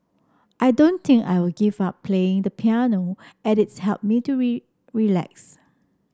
I don't think I will give up playing the piano as it helps me to relax